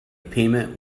payment